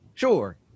Sure